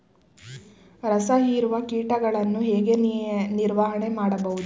ರಸ ಹೀರುವ ಕೀಟಗಳನ್ನು ಹೇಗೆ ನಿರ್ವಹಣೆ ಮಾಡಬಹುದು?